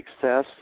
success